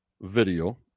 video